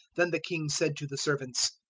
then the king said to the servants,